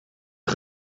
een